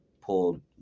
pulled